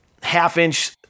half-inch